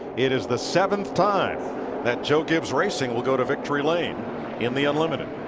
it is the seventh time that joe gibbs racing will go to victory lane in the unlimited.